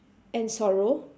and sorrow